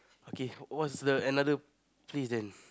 okay what's the another place that you